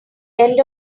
end